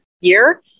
year